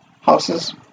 houses